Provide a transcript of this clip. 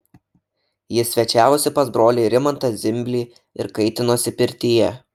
jis svečiavosi pas brolį rimantą zimblį ir kaitinosi pirtyje